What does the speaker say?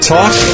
Talk